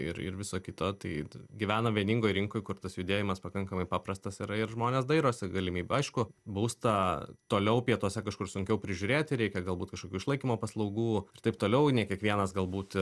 ir ir viso kito tai gyvenam vieningoj rinkoj kur tas judėjimas pakankamai paprastas yra ir žmonės dairosi galimybių aišku būstą toliau pietuose kažkur sunkiau prižiūrėti reikia galbūt kažkokių išlaikymo paslaugų ir taip toliau ne kiekvienas galbūt